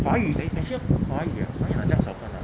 华语 I actually ah 华语 ah 华语好这样少分 ah